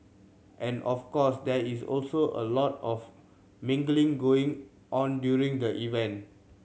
and of course there is also a lot of mingling going on during the event